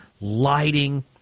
lighting